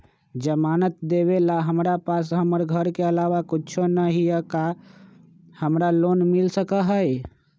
जमानत देवेला हमरा पास हमर घर के अलावा कुछो न ही का हमरा लोन मिल सकई ह?